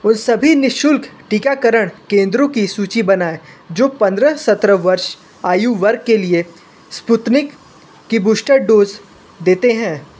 उस सभी निःशुल्क टीकाकरण केंद्रों की सूची बनाएं जो पंद्रह सत्रह वर्ष आयु वर्ग के लिए स्पुतनिक की बूस्टर डोज देते हैं